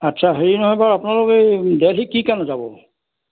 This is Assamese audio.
আচ্ছা হেৰি নহয় বাৰু আপোনালোকে এই দেলহি কি কাৰণে যাব